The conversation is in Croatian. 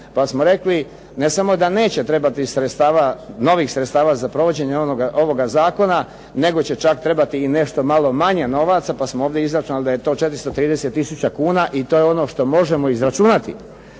pa smo rekli ne samo da neće trebati sredstava, novih sredstava za provođenje ovoga zakona, nego će čak trebati i nešto malo manje novaca, pa smo ovdje izračunali da je to 430 tisuća kuna i to je ono što možemo izračunati.